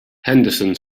henderson